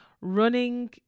running